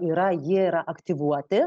yra jie yra aktyvuoti